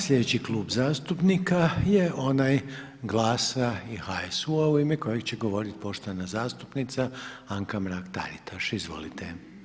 Sljedeći Klub zastupnika je onaj GLAS-a i HSU-a u ime kojeg će govoriti poštovana zastupnica Anka Mrak Taritaš, izvolite.